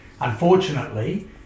unfortunately